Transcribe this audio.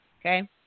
okay